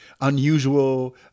unusual